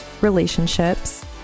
relationships